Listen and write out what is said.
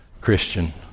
Christian